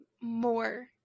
more